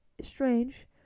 strange